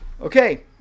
Okay